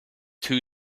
too